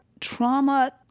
trauma